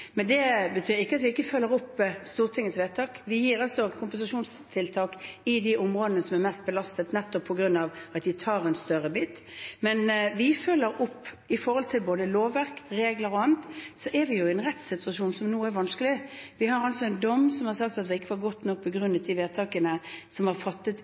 Men det betyr ikke at vi ikke følger opp Stortingets vedtak. Vi gir kompensasjonstiltak i de områdene som er mest belastet, nettopp på grunn av at de tar en større bit, og vi følger opp gjennom både lovverk, regler og annet. Så er vi jo nå i en rettssituasjon som er vanskelig. Vi har en dom som sier at de vedtakene som ble fattet i forrige runde, ikke var godt nok